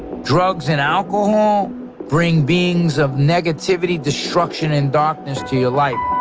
drugs and alcohol brings beings of negativity, destruction and darkness to your life.